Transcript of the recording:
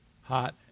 Hot